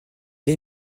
les